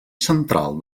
central